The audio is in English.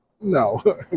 no